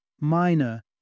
Minor